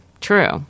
True